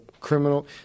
criminal